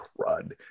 crud